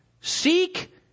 Seek